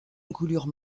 encolure